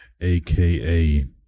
aka